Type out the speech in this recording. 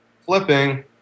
flipping